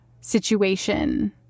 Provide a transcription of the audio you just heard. situation